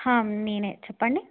నేనే చెప్పండి